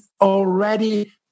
already